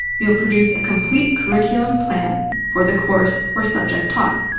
you'll produce a complete curriculum plan for the course or subject taught,